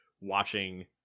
watching